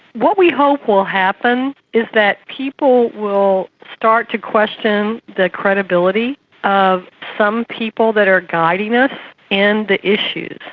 what we hope will happen is that people will start to question the credibility of some people that are guiding us in and the issues.